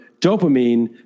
dopamine